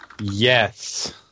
Yes